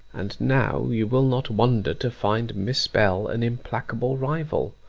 and now you will not wonder to find miss bell an implacable rival,